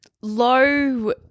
low